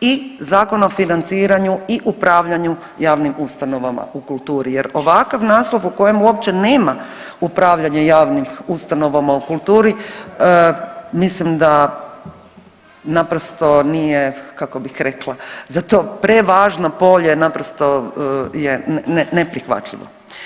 i Zakon o financiranju i upravljanju javnim ustanovama u kulturi jer ovakav naslov u kojem uopće nema upravljanje javnim ustanovama u kulturi, mislim da naprosto nije, kako bih rekla, za to prevažno polje naprosto je neprihvatljivo.